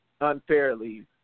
Unfairly